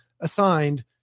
assigned